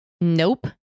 nope